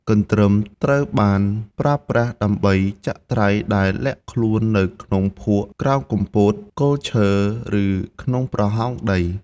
កន្ទ្រឹមត្រូវបានប្រើប្រាស់ដើម្បីចាក់ត្រីដែលលាក់ខ្លួននៅក្នុងភក់ ក្រោមគុម្ពោត គល់ឈើ ឬក្នុងប្រហោងដី។